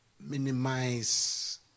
minimize